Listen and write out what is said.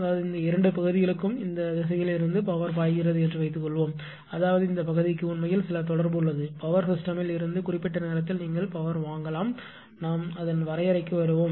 அதாவது இந்த இரண்டு பகுதிகளுக்கும் இந்த திசையில் இருந்து பவர் பாய்கிறது என்று வைத்துக்கொள்வோம் அதாவது இந்த பகுதிக்கு உண்மையில் சில தொடர்பு உள்ளது பவர் சிஸ்டமில் இருந்து குறிப்பிட்ட நேரத்தில் நீங்கள் பவர் வாங்கலாம் நாம் அதன் வரையறைக்கு வருவோம்